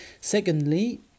Secondly